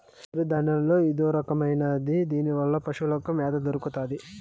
సిరుధాన్యాల్లో ఇదొరకమైనది దీనివల్ల పశులకి మ్యాత దొరుకుతాది